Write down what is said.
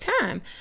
time